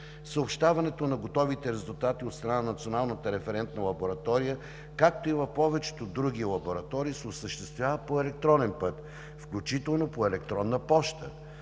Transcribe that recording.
Съобщаването на готовите резултати от страна на Националната референтна лаборатория, както и в повечето други лаборатории, се осъществява по електронен път, включително по електронна поща.